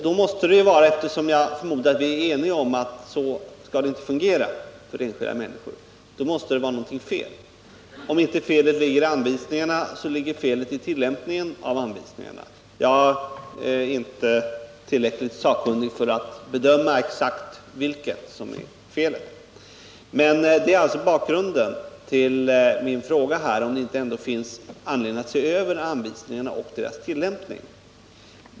Då måste det ju - eftersom jag förmodar att vi är eniga om att det inte skall fungera så för enskilda människor — vara något fel. Om felet inte ligger i anvisningarna, ligger det i tillämpningen av anvisningarna. Jag är inte tillräckligt sakkunnig för att kunna bedöma exakt vilket som är felet. Bakgrunden till min fråga är alltså en undran, om det ändå inte finns anledning att se över anvisningarna och deras tillämpning.